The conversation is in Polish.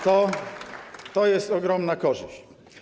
To jest ogromna korzyść.